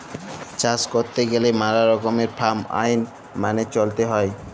চাষ ক্যইরতে গ্যালে ম্যালা রকমের ফার্ম আইল মালে চ্যইলতে হ্যয়